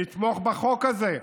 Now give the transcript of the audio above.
לתמוך בחוק הזה.